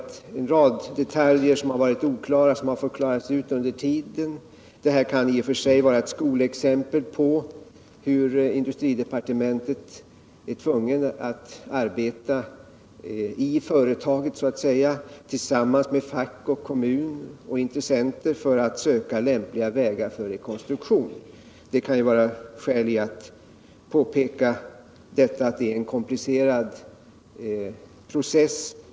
En rad detaljer som varit oklara har fått redas ut. Detta kan i och för sig vara ett skolexempel på hur industridepartementet måste arbeta så att säga i företaget tillsammans med fack, kommun och intressenter för att söka lämpliga vägar för en rekonstruktion. Det kan vara skäl att påpeka att detta är en komplicerad process.